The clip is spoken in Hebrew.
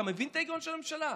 אתה מבין את ההיגיון של הממשלה?